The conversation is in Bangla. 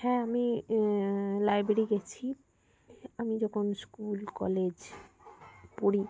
হ্যাঁ আমি লাইব্রেরি গেছি আমি যখন স্কুল কলেজ পড়ি